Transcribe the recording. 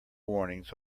warnings